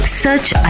search